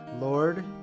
Lord